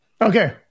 okay